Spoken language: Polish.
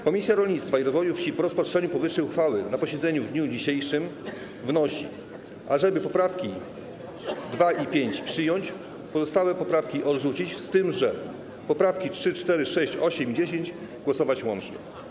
Komisja Rolnictwa i Rozwoju Wsi po rozpatrzeniu powyższej uchwały na posiedzeniu w dniu dzisiejszym wnosi, żeby poprawki 2. i 5. przyjąć, pozostałe poprawki odrzucić, a nad poprawkami 3., 4., 6., 8. i 10. głosować łącznie.